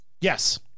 Yes